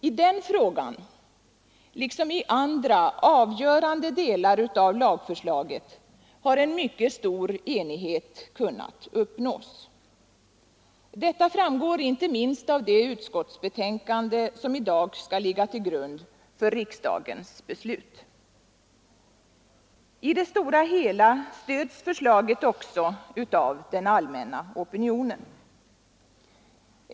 I den frågan liksom i andra avgörande delar av lagförslaget har en mycket stor enighet kunnat uppnås. Detta framgår inte minst av det utskottsbetänkande som i dag skall ligga till grund för riksdagens beslut. I det stora hela stöds förslaget också av den allmänna opinionen.